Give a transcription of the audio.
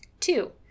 Two